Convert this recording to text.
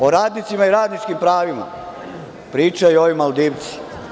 O radnicima i radničkim pravima pričaju ovi Maldivci.